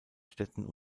städten